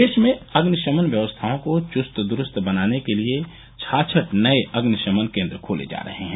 प्रदेश में अग्निशमन व्यवस्थाओं को चुस्त द्रूस्त बनाने के लिये छाछठ नये अग्निशमन केन्द्र खोले जा रहे हैं